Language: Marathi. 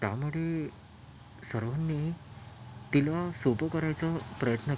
त्यामुळे सर्वांनी तिला सोपं करायचा प्रयत्न केला